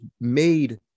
made